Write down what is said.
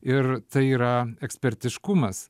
ir tai yra ekspertiškumas